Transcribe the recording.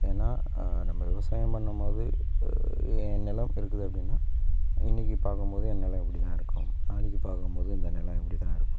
ஏன்னா நம்ம விவசாயம் பண்ணும் போது என் நிலம் இருக்குது அப்படின்னா இன்னைக்கு பார்க்கும் போது என் நிலம் இப்படி தான் இருக்கும் நாளைக்கு பார்க்கும் போது இந்த நிலம் இப்படி தான் இருக்கும்